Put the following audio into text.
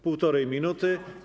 Półtorej minuty.